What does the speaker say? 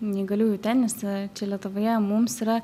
neįgaliųjų tenise čia lietuvoje mums yra